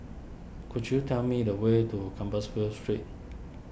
could you tell me the way to Compassvale Street